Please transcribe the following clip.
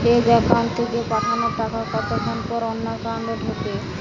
এক একাউন্ট থেকে পাঠানো টাকা কতক্ষন পর অন্য একাউন্টে ঢোকে?